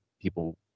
people